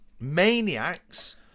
maniacs